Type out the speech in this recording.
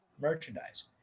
merchandise